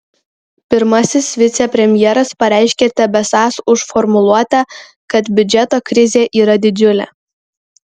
pirmasis vicepremjeras pareiškė tebesąs už formuluotę kad biudžeto krizė yra didžiulė